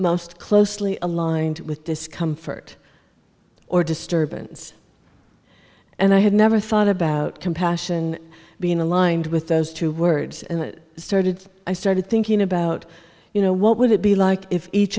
most closely aligned with discomfort or disturbance and i had never thought about compassion being aligned with those two words and started i started thinking about you know what would it be like if each